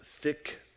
thick